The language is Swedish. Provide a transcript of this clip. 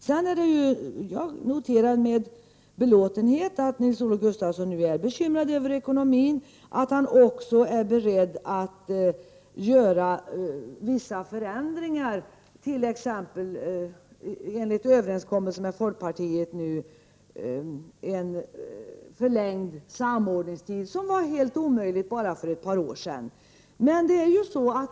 Jag noterar med belåtenhet att Nils-Olof Gustafsson nu är bekymrad över ekonomin och att han är beredd att göra vissa förändringar, t.ex. den förlängning av samordningstiden som finns med i överenskommelsen med folkpartiet och som var helt omöjlig för bara ett par år sedan.